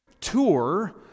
tour